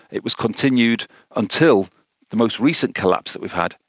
it was continued until the most recent collapse that we've had,